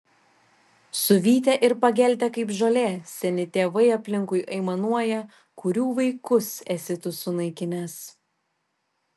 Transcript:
suvytę ir pageltę kaip žolė seni tėvai aplinkui aimanuoja kurių vaikus esi tu sunaikinęs